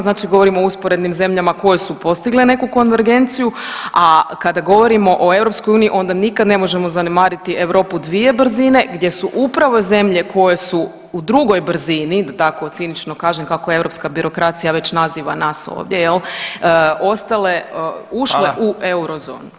Znači govorim o usporednim zemljama koje su postigle neku konvergenciju, a kada govorimo o EU onda nikad ne možemo zanemariti Europu dvije brzine gdje su upravo zemlje koje su u drugoj brzini da tako cinično kažem kako europska birokracija već naziva nas ovdje ostale ušle u eurozonu.